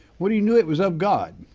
what he knew, it was of god.